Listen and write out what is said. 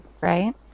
Right